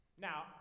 Now